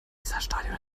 weserstadion